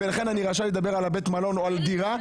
לכן אני רשאי לדבר על בית המלון או על הדירה.